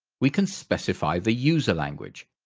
we can specify the user language